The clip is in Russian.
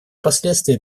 последствия